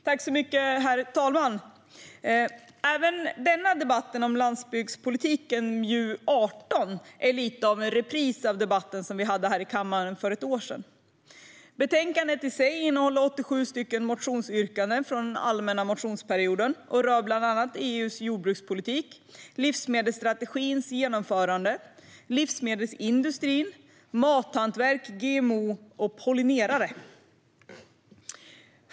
Herr talman! Även denna debatt om landsbygdspolitiken och MJU18 är lite av en repris av den debatt vi hade här i kammaren för ett år sedan. Betänkandet behandlar 87 motionsyrkanden från den allmänna motionsperioden och rör bland annat EU:s jordbrukspolitik, livsmedelsstrategins genomförande, livsmedelsindustrin, mathantverk, GMO och pollinerare.